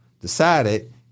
decided